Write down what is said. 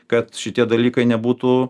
kad šitie dalykai nebūtų